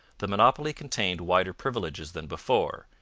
the monopoly contained wider privileges than before,